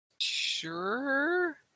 Sure